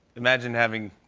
imagine having